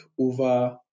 over